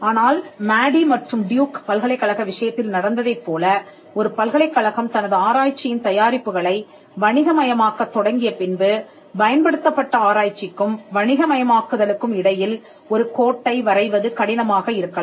ஆனால் மேரி மற்றும் டியூக் பல்கலைக்கழக விஷயத்தில் நடந்ததைப் போல ஒரு பல்கலைக்கழகம் தனது ஆராய்ச்சியின் தயாரிப்புகளை வணிகமயமாக்கத் தொடங்கிய பின்பு பயன்படுத்தப்பட்ட ஆராய்ச்சிக்கும் வணிக மயமாக்குதலுக்கும் இடையில் ஒரு கோட்டை வரைவது கடினமாக இருக்கலாம்